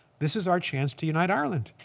this is our chance to unite ireland.